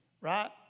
right